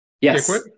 Yes